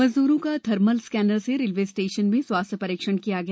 मजदूरों का thermal scanner से रेलवे स्टेशन में स्वास्थ्य परीक्षण किया गया